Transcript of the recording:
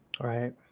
Right